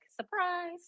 surprise